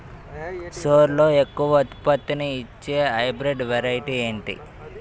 సోరలో ఎక్కువ ఉత్పత్తిని ఇచే హైబ్రిడ్ వెరైటీ ఏంటి?